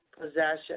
possession